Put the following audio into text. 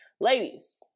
Ladies